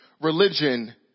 religion